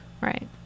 Right